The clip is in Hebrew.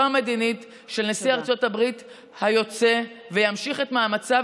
המדינית של נשיא ארצות הברית היוצא וימשיך את מאמציו